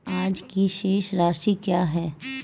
आज की शेष राशि क्या है?